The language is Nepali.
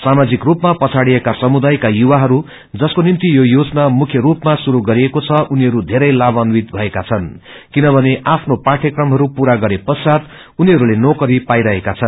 सामाजिक रूपमा पडाड़िएका समुदसयका युवाहरू जसको निम्ति यो योजना मुख्य रूपामा श्रुरू गरिएको छ उनीहरू धेरै लामान्वित भएका छन् किनमने आफ्नो पाठयक्रमहरू पू गरे षण्वात उनीहरूले नौकरी पाइरहेका छन्